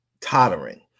tottering